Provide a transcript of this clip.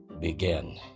begin